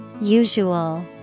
Usual